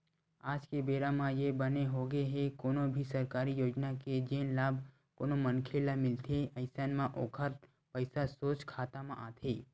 आज के बेरा म ये बने होगे हे कोनो भी सरकारी योजना के जेन लाभ कोनो मनखे ल मिलथे अइसन म ओखर पइसा सोझ खाता म आथे